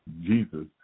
Jesus